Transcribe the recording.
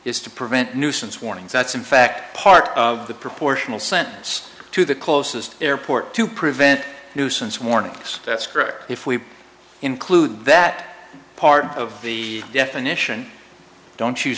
is to prevent nuisance warnings that's in fact part of the proportional sentence to the closest airport to prevent nuisance warnings that's correct if we include that part of the definition don't